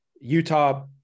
Utah –